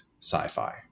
sci-fi